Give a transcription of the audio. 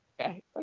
okay